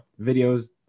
videos